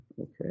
okay